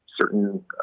certain